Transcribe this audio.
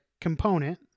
component